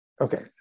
okay